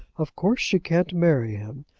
of course she can't marry him.